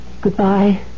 Goodbye